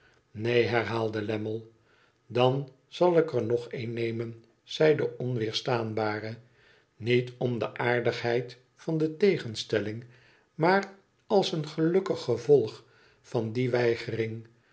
neen herhaalde lammie dab zal ik er nog een nemen zei de onweerstaanbare niet om de aardigheid van de tegenstelling maar als een gelukkig gevolg van die weigering